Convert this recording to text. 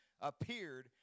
appeared